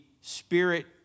Spirit